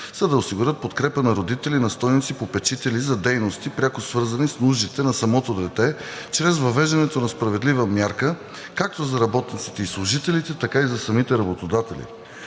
са да осигурят подкрепа на родители, настойници/попечители за дейности, пряко свързани с нуждите на самото дете, чрез въвеждането на справедлива мярка както за работниците и служителите, така и за самите работодатели.